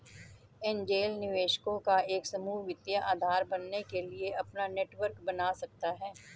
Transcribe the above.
angel निवेशकों का एक समूह वित्तीय आधार बनने के लिए अपना नेटवर्क बना सकता हैं